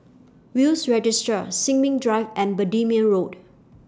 Will's Registry Sin Ming Drive and Bendemeer Road